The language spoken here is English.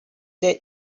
that